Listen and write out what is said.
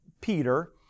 Peter